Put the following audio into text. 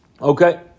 okay